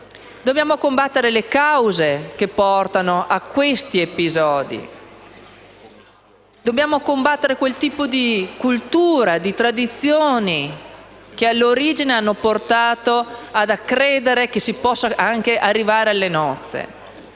Dobbiamo combattere le cause che portano a questi episodi; dobbiamo combattere quel tipo di cultura e tradizioni, che all'origine ha portato a credere che bambini e bambine possano anche arrivare alle nozze,